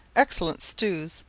excellent stews,